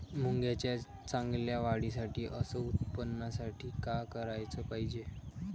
मुंगाच्या चांगल्या वाढीसाठी अस उत्पन्नासाठी का कराच पायजे?